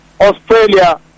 Australia